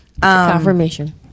Confirmation